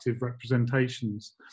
representations